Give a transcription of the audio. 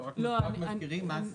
לא, אנחנו רק מזכירים מה הסעיפים.